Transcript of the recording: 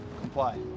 Comply